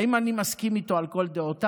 האם אני מסכים איתו על כל דעותיו?